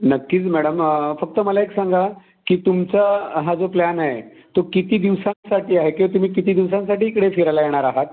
नक्कीच मॅडम फक्त मला एक सांगा की तुमचा हा जो प्लॅन आहे तो किती दिवसांसाठी आहे किवा तुम्ही किती दिवसांसाठी इकडे फिरायला येणार आहात